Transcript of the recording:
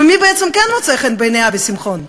ומי בעצם כן מוצא חן בעיני אבי שמחון?